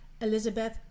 Elizabeth